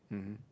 mmhmm